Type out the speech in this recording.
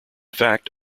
fact